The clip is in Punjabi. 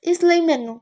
ਇਸ ਲਈ ਮੈਨੂੰ